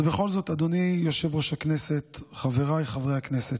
אדוני יושב-ראש הכנסת, חבריי חברי הכנסת,